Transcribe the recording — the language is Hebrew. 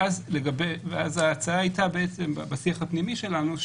ואז ההצעה הייתה בשיח הפנימי שלנו,